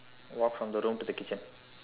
walk from the room to the kitchen